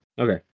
Okay